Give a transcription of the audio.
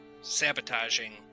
sabotaging